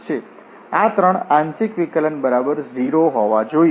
આ ત્રણ આંશિક વિકલન બરાબર 0 હોવા જોઈએ